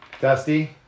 Dusty